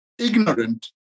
Ignorant